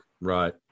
Right